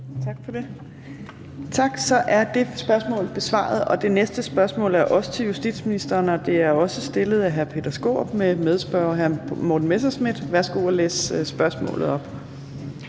det. Så er det spørgsmål besvaret. Det næste spørgsmål er også til justitsministeren, og det er også stillet af hr. Peter Skaarup med hr. Morten Messerschmidt som medspørger.